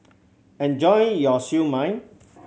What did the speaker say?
enjoy your Siew Mai